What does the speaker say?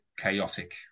chaotic